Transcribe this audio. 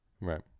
Right